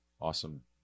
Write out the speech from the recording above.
awesome